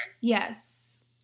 Yes